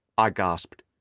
i gasped.